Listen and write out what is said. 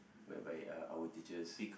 whereby uh our teachers